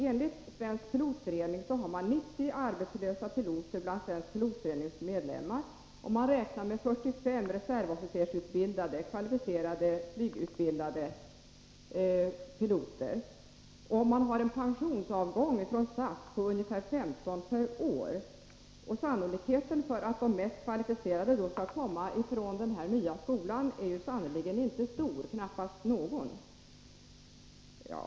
Enligt Svensk pilotförening har man 90 arbetslösa piloter bland medlemmarna, och man räknar med 45 reservofficersutbildade, kvalificerade piloter. SAS har en pensionsavgång på ungefär 15 per år. Sannolikheten för att de mest kvalificerade sökande skall komma från den nya skolan är då sannerligen inte stor, knappast någon.